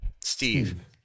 steve